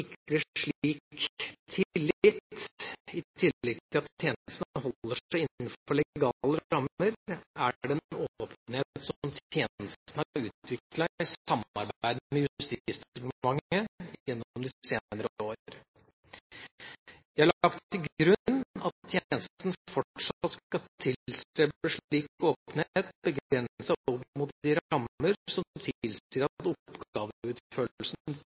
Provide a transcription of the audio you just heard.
slik tillit, i tillegg til at tjenesten holder seg innenfor legale rammer, er den åpenhet som tjenesten har utviklet i samarbeid med Justisdepartementet gjennom de senere år. Jeg har lagt til grunn at tjenesten fortsatt skal tilstrebe slik åpenhet begrenset opp mot de rammer som tilsier at oppgaveutførelsen til